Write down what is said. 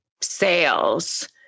sales